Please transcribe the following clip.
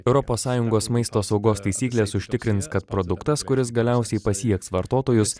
europos sąjungos maisto saugos taisyklės užtikrins kad produktas kuris galiausiai pasieks vartotojus